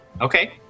Okay